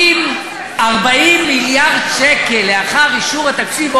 עם 40 מיליארד שקל לאחר אישור התקציב,